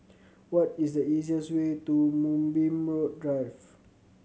what is the easiest way to Moonbeam Drive